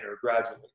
gradually